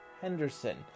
Henderson